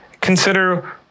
Consider